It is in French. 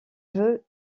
veut